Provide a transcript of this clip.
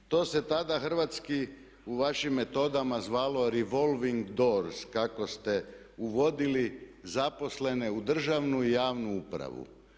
To se tada hrvatski u vašim metodama zvalo revolving door, kako ste uvodili zaposlene u državnu i javnu upravu.